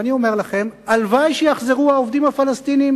ואני אומר לכם: הלוואי שיחזרו העובדים הפלסטינים